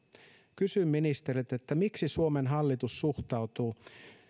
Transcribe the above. kysyn ministeriltä miksi suomen hallitus suhtautuu